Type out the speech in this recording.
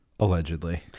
Allegedly